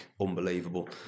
unbelievable